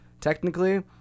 technically